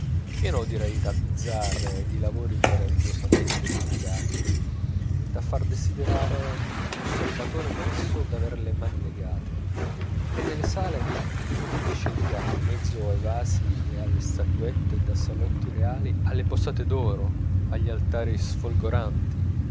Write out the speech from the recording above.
pieno di rarità bizzarre e di lavori meravigliosamente delicati da far desiderare a un osservatore onesto d'aver le mani legate e nelle sale dell'oreficeria in mezzo ai vasi e alle statuette da salotti reali alle posate d'oro agli altari sfolgoranti